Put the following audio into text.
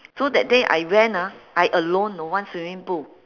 so that day I went ah I alone you know one swimming pool